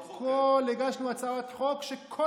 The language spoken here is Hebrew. הגשנו הצעות חוק היום.